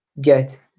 get